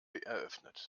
eröffnet